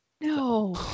no